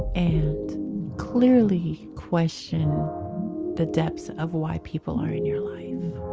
and clearly question the depths of why people are in your life